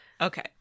Okay